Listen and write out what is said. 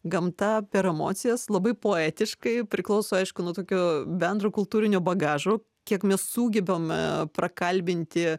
gamta per emocijas labai poetiškai priklauso aišku nuo tokio bendro kultūrinio bagažo kiek mes sugebame prakalbinti